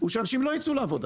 האנשים לא ייצאו לעבודה.